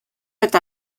eta